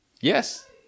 Yes